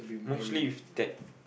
mostly with that